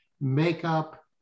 makeup